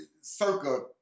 circa